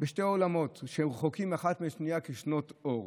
בשני עולמות שרחוקים אחד מהשני כשנות אור.